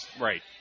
Right